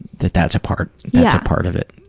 that that's a part yeah part of it.